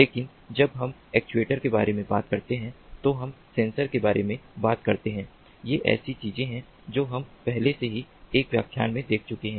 लेकिन जब हम एक्ट्यूएटर्स के बारे में बात करते हैं तो हम सेंसर के बारे में बात करते हैं ये ऐसी चीजें हैं जो हम पहले से ही एक व्याख्यान में देख चुके हैं